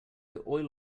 oil